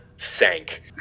sank